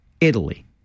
Italy